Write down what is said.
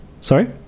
sorry